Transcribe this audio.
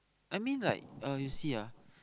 I mean like uh you see ah